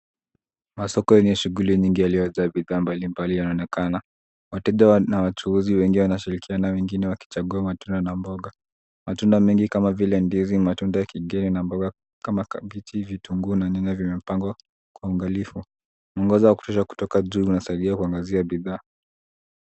Masoko yenye shughuli nyingi yaliyojaa bidhaa mbalimbali yanaonekana. Wateja na wachuuzi wengi wanashirikiana wengine wakichagua matunda na mboga. Matunda mengi kama vile ndizi, matunda ya kigeni na mboga kama kabichi, vitunguu na nyanya vimepangwa kwa uangalifu. Mwangaza kutosha kutoka juu unasaidia kuangazia bidhaa.